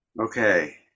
Okay